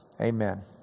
Amen